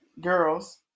girls